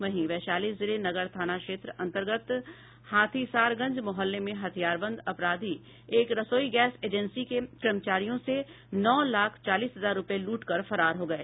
वहीं वैशाली जिले नगर थाना क्षेत्र अन्तर्गत हाथीसारगंज मोहल्ले में हथियारबंद अपराधी एक रसोई गैस एजेंसी के कर्मचारियों से नौ लाख चालीस हजार रूपये लूट कर फरार हो गये